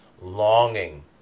longing